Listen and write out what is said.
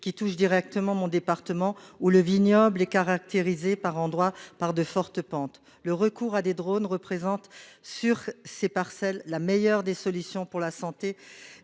qui touche directement mon département, où le vignoble est caractérisé, par endroits, par de fortes pentes. Le recours à des drones représente sur ces parcelles la meilleure des solutions pour la santé